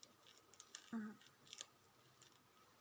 mm